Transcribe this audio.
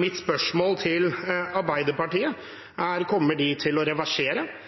Mitt spørsmål til Arbeiderpartiet er: Kommer de til å reversere